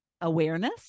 awareness